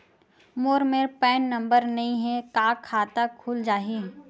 मोर मेर PAN number नई हे का खाता खुल जाही?